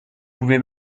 pouvez